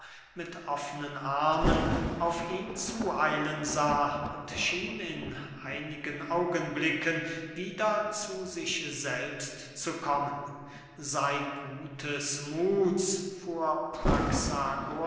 mit offnen armen auf ihn zu eilen sah und schien in einigen augenblicken wieder zu sich selbst zu kommen sey gutes muths fuhr